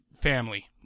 family